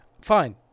Fine